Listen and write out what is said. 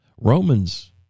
Romans